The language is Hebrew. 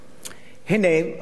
הנה, ראש הממשלה,